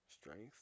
Strength